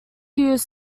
use